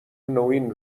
نوین